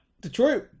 Detroit